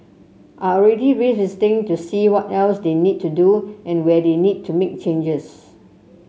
are already revisiting to see what else they need to do and where they need to make changes